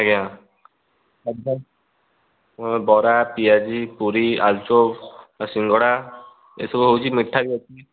ଆଜ୍ଞା ବରା ପିଆଜି ପୁରୀ ଆଳୁଚପ ସିଙ୍ଗଡ଼ା ଏସବୁ ହେଉଛି ମିଠାଇ ବି ଅଛି